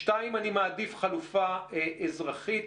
שתיים, אני מעדיף חלופה אזרחית.